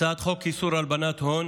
הצעת חוק איסור הלבנת הון